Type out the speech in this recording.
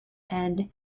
and